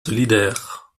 solidaires